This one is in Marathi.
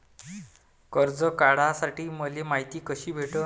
कर्ज काढासाठी मले मायती कशी भेटन?